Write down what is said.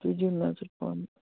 تُہۍ دِیِو نظر پانہٕ